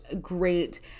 great